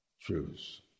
truths